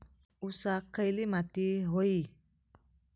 ऊसाक खयली माती व्हयी?